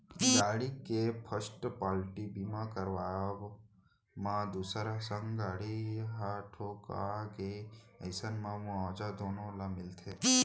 गाड़ी के first party बीमा करवाब म दूसर संग गाड़ी ह ठोंका गे अइसन म मुवाजा दुनो ल मिलथे